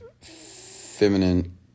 feminine